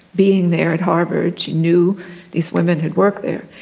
being there at harvard she knew these women had worked there,